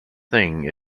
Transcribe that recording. thing